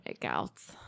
makeouts